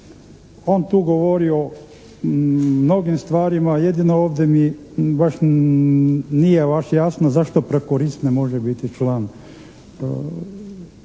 On tu govori o mnogim stvarima, jedino ovdje mi baš nije baš jasno zašto prokurist ne može biti član